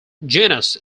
genus